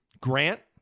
Grant